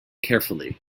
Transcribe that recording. carefully